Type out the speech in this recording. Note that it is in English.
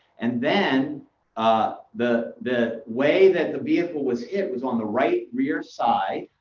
and then ah the the way that the vehicle was hit was on the right rear side,